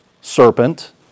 serpent